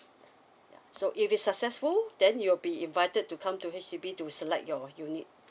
yeah so if it's successful then you will be invited to come to H_D_B to select your unit